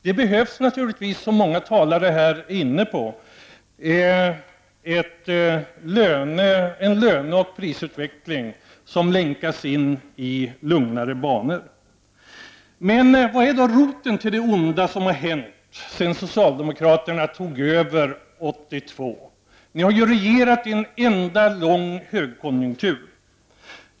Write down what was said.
Det behövs naturligtvis, som många talare här har varit inne på, en löneoch prisutveckling som kan länkas in i lugnare banor. Men vad är då roten till det onda som har hänt sedan socialdemokraterna tog över 1982? Ni har ju regerat under en tid då det har varit en enda lång högkonjunktur.